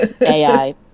AI